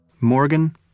Morgan